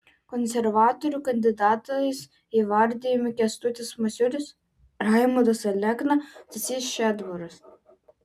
konservatorių kandidatais įvardijami kęstutis masiulis raimundas alekna stasys šedbaras